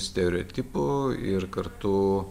stereotipų ir kartu